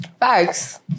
Thanks